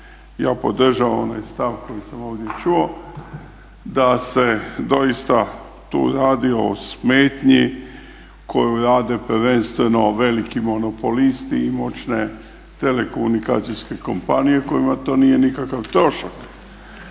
sam podržavam onaj stav koji sam ovdje čuo da se tu doista radi o smetnji koji rade prvenstveno veliki monopolisti i moćne telekomunikacijske kompanije kojima to nije nikakav trošak.